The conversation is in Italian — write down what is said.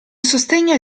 sostegno